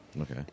Okay